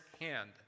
hand